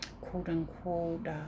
quote-unquote